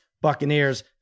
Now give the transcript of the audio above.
buccaneers